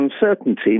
uncertainty